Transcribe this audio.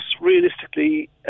realistically